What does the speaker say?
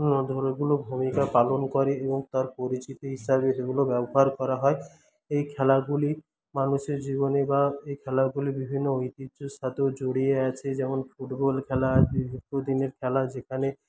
ভূমিকা পালন করে এবং তার পরিচিতি হিসাবে এগুলো ব্যবহার করা হয় এই খেলাগুলি মানুষের জীবনে বা এই খেলাগুলি বিভিন্ন ঐতিহ্যের সাথে জড়িয়ে আছে যেমন ফুটবল খেলা এই খেলা যেখানে